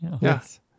Yes